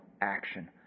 action